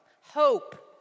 Hope